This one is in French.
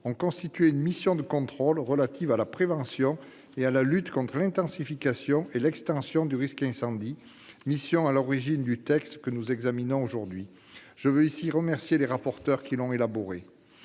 ont constitué une mission de contrôle relative à la prévention et à la lutte contre l'intensification et l'extension du risque incendie, mission à l'origine du texte que nous examinons aujourd'hui. Je veux ici remercier les rapporteurs qui l'ont élaboré.